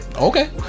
Okay